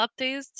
updates